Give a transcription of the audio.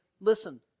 listen